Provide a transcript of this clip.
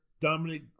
Dominic